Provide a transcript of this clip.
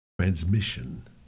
transmission